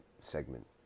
segment